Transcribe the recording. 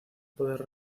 poder